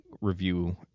review